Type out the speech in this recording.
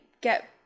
get